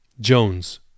Jones